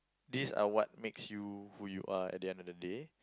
these are what makes you who you are at the end of the day